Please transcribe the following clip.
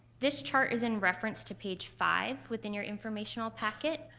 this chart is in reference to page five within your informational packet.